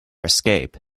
escape